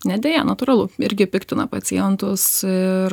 ne deja natūralu irgi piktina pacientus ir